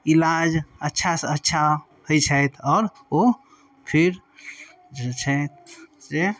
इलाज अच्छासँ अच्छा हैय छथि आओर ओ फिर जे छै से